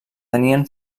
tenien